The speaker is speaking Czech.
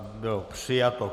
Bylo přijato.